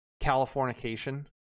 Californication